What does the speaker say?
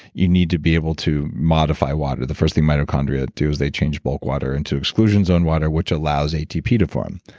you need to be able to modify water. the first thing mitochondria do is they change bulk water into exclusions on water, which allows atp to form.